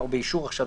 בוקר טוב לכולם.